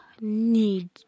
need